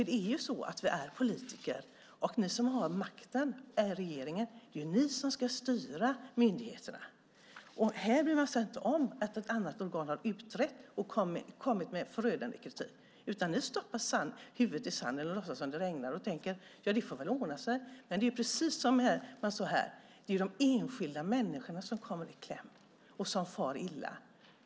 Det är ju så att vi är politiker, och ni i regeringen som har makten ska styra myndigheterna. Men här bryr ni er inte om att ett annat organ har utrett detta och kommit med förödande kritik, utan ni stoppar huvudet i sanden och låtsas som om det regnar och tänker att det får ordna sig. Men det är de enskilda människorna som kommer i kläm och som far illa.